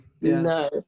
no